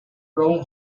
ron